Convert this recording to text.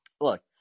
Look